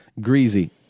Greasy